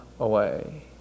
Away